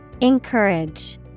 Encourage